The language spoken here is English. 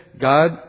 God